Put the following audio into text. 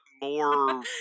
more